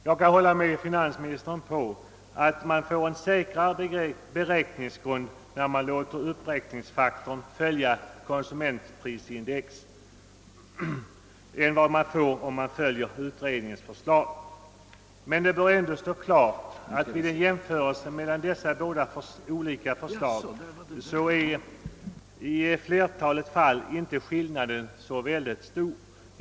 Jag kan hålla med finansministern om att man får en säkrare beräkningsgrund om man låter uppräkningsfaktorn följa konsumentprisindex än vad man får om man följer utredningens förslag. Men det bör ändå stå klart, att skillnaden mellan båda dessa förslag i flertalet fall inte är så särskilt stor.